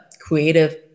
creative